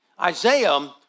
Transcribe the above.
Isaiah